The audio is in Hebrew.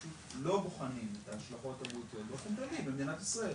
פשוט לא בוחנים את ההשלכות הבריאותיות באופן כללי במדינת ישראל.